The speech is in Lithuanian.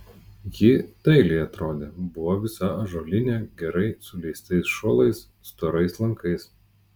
ji dailiai atrodė buvo visa ąžuolinė gerai suleistais šulais storais lankais